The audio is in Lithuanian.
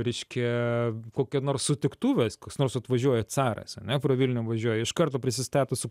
reiškia kokia nors sutiktuvės koks nors atvažiuoja caras ane pro vilnių važiuoja iš karto prisistato su